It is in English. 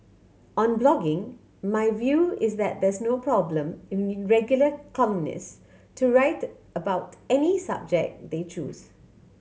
on blogging my view is that there's no problem in regular columnist to write about any subject they choose